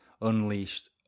unleashed